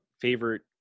favorite